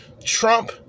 Trump